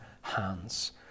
hands